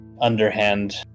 underhand